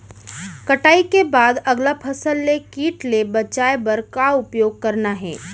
कटाई के बाद अगला फसल ले किट ले बचाए बर का उपाय करना हे?